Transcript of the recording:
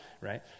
right